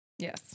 Yes